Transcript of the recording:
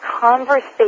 conversation